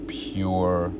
pure